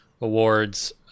awards